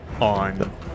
on